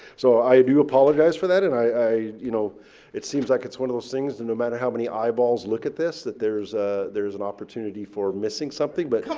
so i do apologize for that, and you know it seems like it's one of those things no matter how many eyeballs look at this that there's ah there's an opportunity for missing something, but.